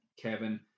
Kevin